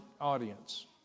audience